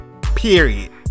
Period